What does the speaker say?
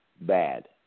bad